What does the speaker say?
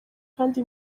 kandi